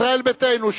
ישראל ביתנו,